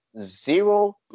zero